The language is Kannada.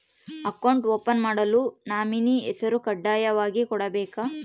ಅಕೌಂಟ್ ಓಪನ್ ಮಾಡಲು ನಾಮಿನಿ ಹೆಸರು ಕಡ್ಡಾಯವಾಗಿ ಕೊಡಬೇಕಾ?